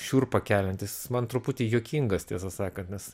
šiurpą keliantis jis man truputį juokingas tiesą sakant nes